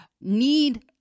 need